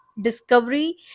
discovery